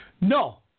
No